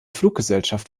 fluggesellschaft